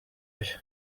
byo